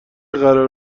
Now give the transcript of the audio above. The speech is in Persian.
قرار